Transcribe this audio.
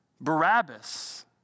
Barabbas